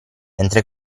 mentre